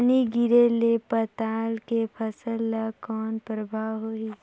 पानी गिरे ले पताल के फसल ल कौन प्रभाव होही?